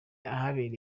ahaberaga